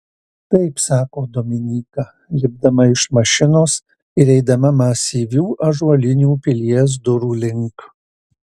taip sako dominyka lipdama iš mašinos ir eidama masyvių ąžuolinių pilies durų link